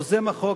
יוזם החוק,